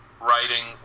writing